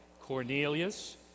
Cornelius